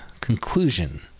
conclusion